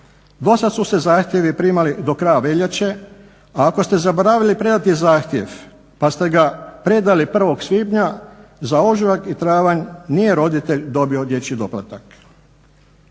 Do sada su se zahtjevi primali do kraja veljače, a ako ste zaboravili predati zahtjev pa ste ga predali 1.svibnja za ožujak i travanj nije roditelj dobio dječji doplatak.